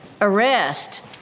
arrest